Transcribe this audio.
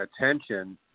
attention